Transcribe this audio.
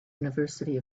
university